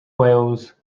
whales